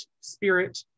spirit